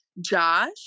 Josh